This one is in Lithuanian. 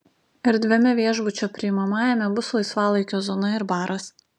erdviame viešbučio priimamajame bus laisvalaikio zona ir baras